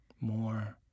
more